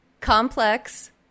complex